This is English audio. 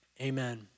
amen